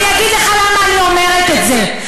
אני אגיד לך למה אני אומרת את זה.